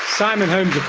simon holmes